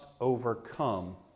overcome